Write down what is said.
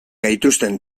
gaituzten